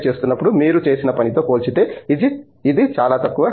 Tech చేస్తున్నప్పుడు మీరు చేసిన పనితో పోల్చితే ఇది చాలా తక్కువ